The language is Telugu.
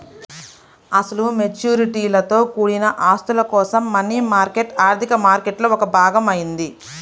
అసలు మెచ్యూరిటీలతో కూడిన ఆస్తుల కోసం మనీ మార్కెట్ ఆర్థిక మార్కెట్లో ఒక భాగం అయింది